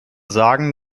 sagen